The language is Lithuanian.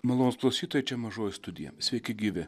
malonūs klausytojai čia mažoji studija sveiki gyvi